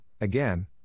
again